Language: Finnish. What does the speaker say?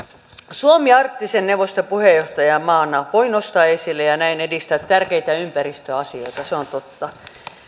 suomi arktisen neuvoston puheenjohtajamaana voi nostaa esille ja ja näin edistää tärkeitä ympäristöasioita se on totta